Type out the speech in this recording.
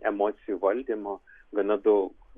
emocijų valdymo gana daug